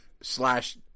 Slash